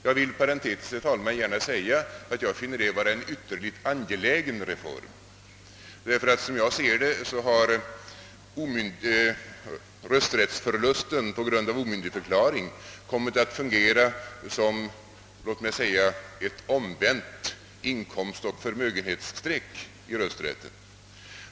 Jag vill inom parentes, herr talman, gärna säga att jag finner detta vara en ytterligt angelägen reform. Som jag ser det har rösträttsförlusten på grund av omyndigförklaring kommit att fungera som ett omvänt inkomstoch förmögenhetsstreck när det gäller rösträtten.